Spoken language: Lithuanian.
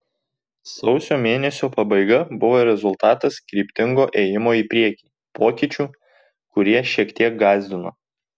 sausio mėnesio pabaiga buvo rezultatas kryptingo ėjimo į priekį pokyčių kurie šiek tiek gąsdino